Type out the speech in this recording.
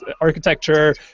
architecture